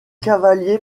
cavaliers